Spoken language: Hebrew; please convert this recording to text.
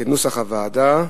כנוסח הוועדה.